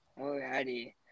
Alrighty